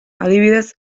adibidez